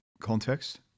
context